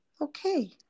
Okay